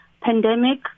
pandemic